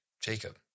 Jacob